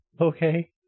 Okay